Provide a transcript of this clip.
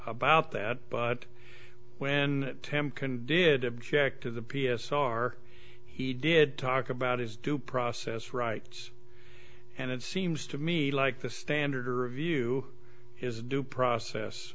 about that but when tim can did object to the p s or he did talk about his due process rights and it seems to me like the standard or review is due process